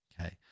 okay